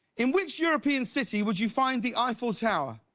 in which european city would you find the eiffel tower.